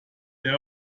der